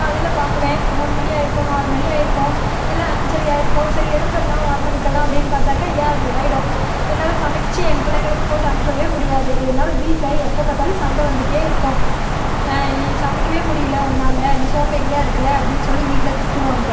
காலையில் பார்க்குவன் மூணு மணி ஆயிருக்கும் நாலு மணி ஆயிருக்கும் இல்லை அஞ்சரை ஆயிருக்கும் சரி எழுதரலாம் ஆறு மணிக்குலாம் அப்படின் பார்த்தாக்கா ஏழ்ரை ஆயிடும் என்னால் சமச்சு என் பிள்ளைங்களுக்கு போட்டு அனுப்பவே முடியாது இதனால வீட்டில் எப்போ பார்த்தாலும் சண்டை வந்துகிட்டே இருக்கும் நீ சமைக்கவே முடியல உன்னால் நீ சோம்பேறியாக இருக்கிற அப்படின் சொல்லி வீட்டில் திட்டுவாங்க